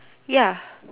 ya